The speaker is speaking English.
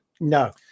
no